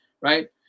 right